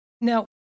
Now